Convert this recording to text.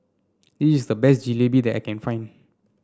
it is the best Jalebi that I can find